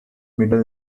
middle